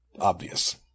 obvious